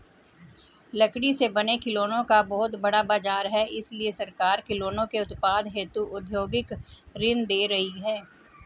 लकड़ी से बने खिलौनों का बहुत बड़ा बाजार है इसलिए सरकार खिलौनों के उत्पादन हेतु औद्योगिक ऋण दे रही है